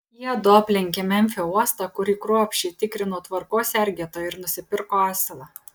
jiedu aplenkė memfio uostą kurį kruopščiai tikrino tvarkos sergėtojai ir nusipirko asilą